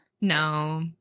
No